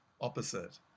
opposite